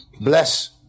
Bless